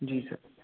जी sir